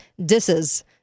disses